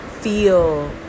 feel